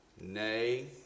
Nay